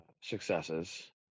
successes